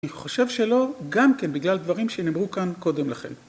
אני חושב שלא, גם כן בגלל דברים שנאמרו כאן קודם לכן.